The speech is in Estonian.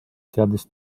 teadis